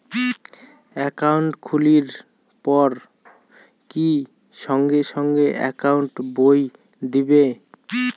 Account খুলির পর কি সঙ্গে সঙ্গে একাউন্ট বই দিবে?